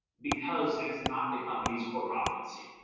because that's not the company's core competency.